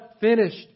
finished